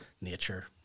nature